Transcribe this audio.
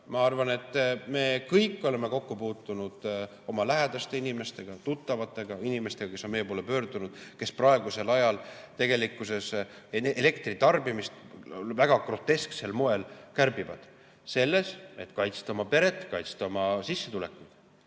Ma arvan, et me kõik oleme kokku puutunud oma lähedaste inimestega, tuttavatega, inimestega, kes on meie poole pöördunud, kes praegusel ajal elektri tarbimist väga grotesksel moel kärbivad, selleks et kaitsta oma peret, kaitsta oma sissetulekuid.